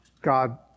God